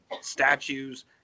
statues